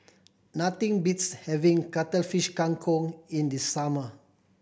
nothing beats having Cuttlefish Kang Kong in the summer